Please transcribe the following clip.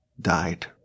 died